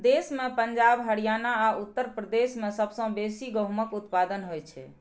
देश मे पंजाब, हरियाणा आ उत्तर प्रदेश मे सबसं बेसी गहूमक उत्पादन होइ छै